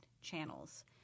channels